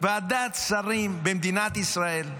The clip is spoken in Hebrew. ועדת שרים במדינת ישראל,